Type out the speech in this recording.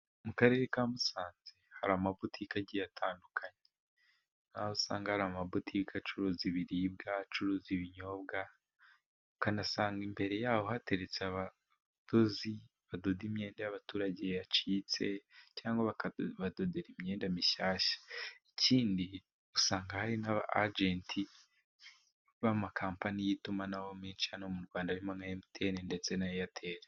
Mu karere ka Musanze, hari amabutike agiye atandukanye, aho usanga hari amabutike acuruza ibiribwa, acuruza ibinyobwa, ukanasanga imbere yaho hateretse abadozi, badoda imyenda y'abaturage yacitse, cyangwa bakabadodera imyenda mishyashya, ikindi usanga hari n'aba ajenti b'amakampani y'itumanaho menshi hano mu Rwanda, harimo nka emutiyeni, ndetse na iyateri.